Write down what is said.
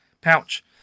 pouch